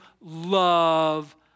love